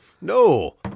No